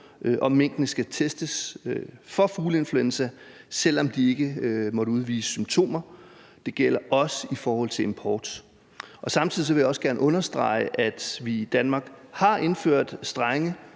om minkene skal testes for fugleinfluenza, selv om de ikke måtte udvise symptomer, og det gælder også i forhold til import. Samtidig vil jeg også gerne understrege, at vi i Danmark har indført strenge